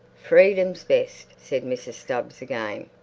freedom's best, said mrs. stubbs again.